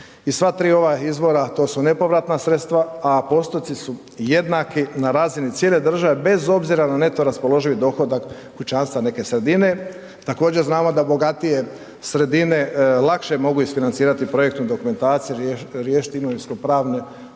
I sva tri ova izvora, to su nepovratna sredstva a postupci su jednaki na razini cijele države bez obzira na neto raspoloživi dohodak kućanstva neke sredine, također znamo da bogatije sredine lakše mogu isfinancirati projektnu dokumentaciju, riješiti imovinsko-pravne